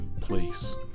place